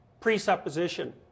presupposition